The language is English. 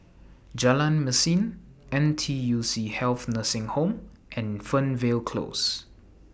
Jalan Mesin N T U C Health Nursing Home and Fernvale Close